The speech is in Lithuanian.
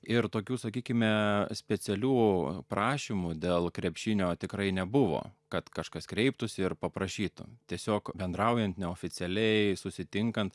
ir tokių sakykime specialių prašymų dėl krepšinio tikrai nebuvo kad kažkas kreiptųsi ir paprašytų tiesiog bendraujant neoficialiai susitinkant